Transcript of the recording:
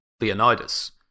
Leonidas